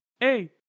hey